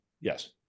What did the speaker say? yes